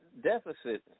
deficit